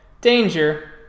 danger